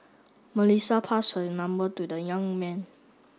Melissa passed her number to the young man